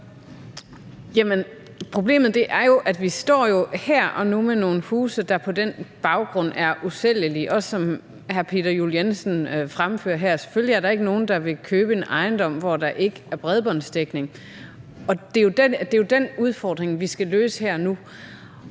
Problemet er jo, at vi her og nu står med nogle huse, der på den baggrund er usælgelige, også som hr. Peter Juel-Jensen fremfører her. Selvfølgelig er der ikke nogen, der vil købe en ejendom, hvor der ikke er bredbåndsdækning. Det er jo den udfordring, vi skal løse her og